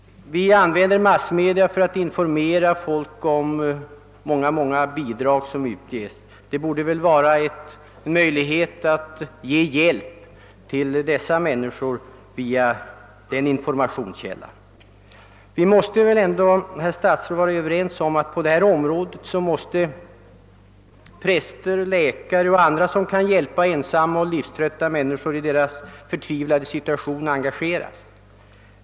Vi använder massmedia för att informera folk om de många former av bidrag som utgår. En möjlighet borde vara att ge hjälp till dessa människor via dessa informationskanaler. Vi kan väl ändå vara överens om, herr statsråd, att präster, pastorer, läkare och andra som kan hjälpa ensamma och livströtta människor i deras förtvivlade situation måste engageras.